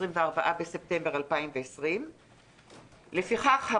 24 בספטמבר 2020. לפיכך,